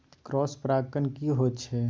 Cross परागण की होयत छै?